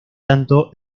tanto